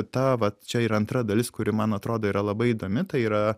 ta vat čia yra antra dalis kuri man atrodo yra labai įdomi tai yra